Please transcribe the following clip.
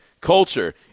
Culture